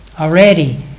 Already